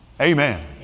Amen